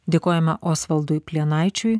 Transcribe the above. dėkojame osvaldui plienaičiui